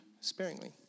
sparingly